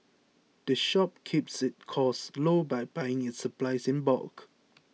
the shop keeps its costs low by buying its supplies in bulk